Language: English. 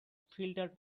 filter